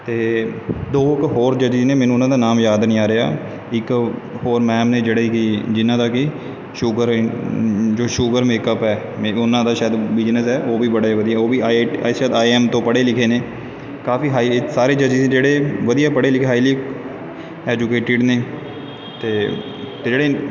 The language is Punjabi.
ਅਤੇ ਦੋ ਕੁ ਹੋਰ ਜਜੀਸ ਨੇ ਮੈਨੂੰ ਉਹਨਾਂ ਦਾ ਨਾਮ ਯਾਦ ਨਹੀਂ ਆ ਰਿਹਾ ਇੱਕ ਹੋਰ ਮੈਮ ਨੇ ਜਿਹੜੇ ਕਿ ਜਿਨ੍ਹਾਂ ਦਾ ਕਿ ਸ਼ੂਗਰ ਜੋ ਸ਼ੂਗਰ ਮੇਕਅਪ ਹੈ ਉਹਨਾਂ ਦਾ ਸ਼ਾਇਦ ਬਿਜਨਸ ਹੈ ਉਹ ਵੀ ਬੜੇ ਵਧੀਆ ਉਹ ਵੀ ਆਈ ਆਈ ਸ਼ਾਇਦ ਆਈ ਐਮ ਤੋਂ ਪੜ੍ਹੇ ਲਿਖੇ ਨੇ ਕਾਫ਼ੀ ਹਾਈ ਸਾਰੇ ਜਜੀਸ ਜਿਹੜੇ ਵਧੀਆ ਪੜ੍ਹੇ ਲਿਖੇ ਹਾਈਲੀ ਐਜੂਕੇਡ ਨੇ ਅਤੇ ਜਿਹੜੇ